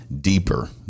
deeper